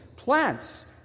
Plants